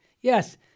yes